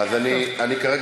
אי-אפשר.